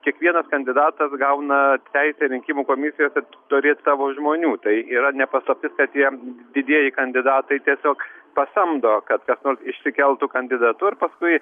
kiekvienas kandidatas gauna teisę rinkimų komisijoj kad turėt savo žmonių tai yra ne paslaptis kad jie didieji kandidatai tiesiog pasamdo kad kas nors išsikeltų kandidatu ir paskui